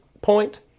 point